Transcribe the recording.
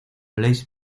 blaze